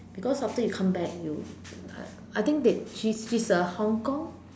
because after you come back you uh I think that she she is a Hong-Kong